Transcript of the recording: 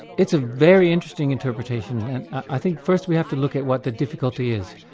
it's a very interesting interpretation. and i think first we have to look at what the difficulty is.